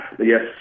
yes